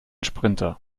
sprinter